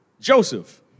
Joseph